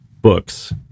books